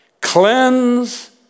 Cleanse